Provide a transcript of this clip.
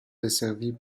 desservies